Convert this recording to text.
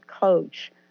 coach